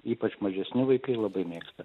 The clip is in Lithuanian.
ypač mažesni vaikai labai mėgsta